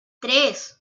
tres